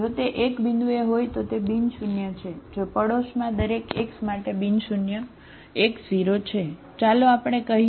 જો તે એક બિંદુએ હોય તો તે બિન શૂન્ય x0 છે બરાબર